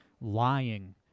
lying